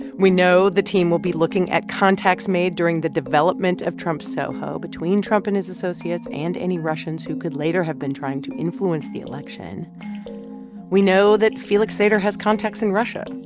we know the team will be looking at contacts made during the development of trump soho between trump and his associates and any russians who could later have been trying to influence the election we know that felix sater has contacts in russia.